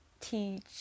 teach